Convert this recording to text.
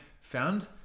found